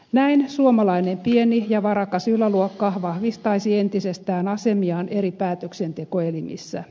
näin suomalainen pieni ja varakas yläluokka vahvistaisi entisestään asemiaan eri päätöksentekoelimissä